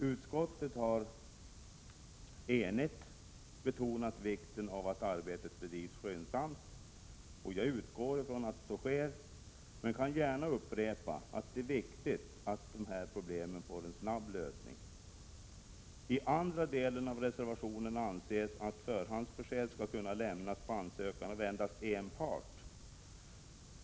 Utskottet har enigt betonat vikten av att arbetet bedrivs skyndsamt. Jag utgår från att så sker, men kan gärna upprepa att det är viktigt att dessa problem får en snabb lösning. I andra delen av reservationen anses att förhandsbesked skall kunna lämnas efter ansökan av endast en part.